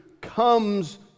comes